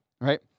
right